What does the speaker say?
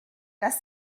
das